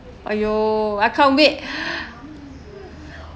!aiyo! I can't wait